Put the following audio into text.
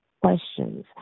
questions